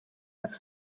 have